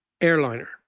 Airliner